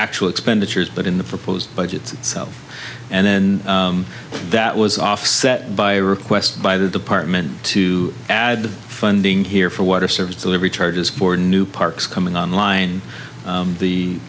actual expenditures but in the proposed budget itself and then that was offset by a request by the department to add funding here for water service delivery charges for new parks coming online